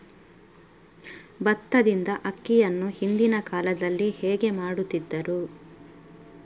ಭತ್ತದಿಂದ ಅಕ್ಕಿಯನ್ನು ಹಿಂದಿನ ಕಾಲದಲ್ಲಿ ಹೇಗೆ ಮಾಡುತಿದ್ದರು?